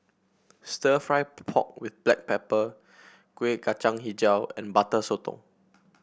stir fry pork with Black Pepper Kueh Kacang hijau and Butter Sotong